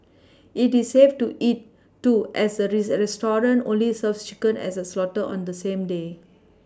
it is safe to eat too as the rest as restaurant only serves chicken is slaughtered on the same day